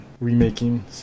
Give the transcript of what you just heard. remaking